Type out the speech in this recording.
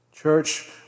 Church